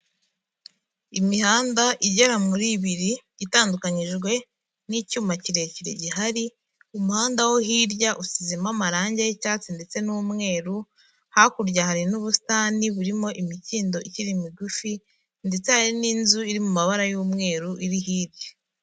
Imihanda igera muri ibiri itandukanyijwe n'icyuma kirekire gihari, umuhanda wo hirya usizemo amarangi y'icyatsi ndetse n'umweru, hakurya hari n'ubusitani burimo imikindo ikiri migufi, ndetse hari n'inzu iri mu mabara y'umweru iri hirya.